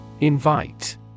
Invite